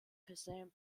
faisaient